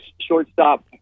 shortstop